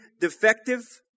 defective